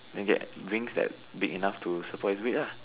you get wings that big enough to support his weight lah